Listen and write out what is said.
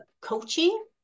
coaching